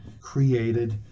created